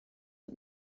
het